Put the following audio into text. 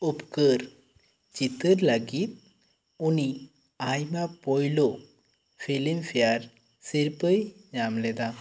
ᱩᱯᱠᱟᱹᱨ ᱪᱤᱛᱟᱹᱨ ᱞᱟᱹᱜᱤᱫ ᱩᱱᱤ ᱟᱭᱢᱟ ᱯᱳᱩᱞᱳ ᱯᱤᱞᱢᱯᱷᱮᱭᱟᱨ ᱥᱤᱨᱯᱟᱹᱭ ᱧᱟᱢ ᱞᱮᱫᱟ